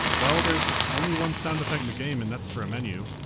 well, there is only one sound effect in the game, and that's for a menu.